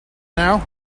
now